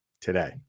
today